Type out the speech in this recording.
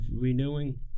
renewing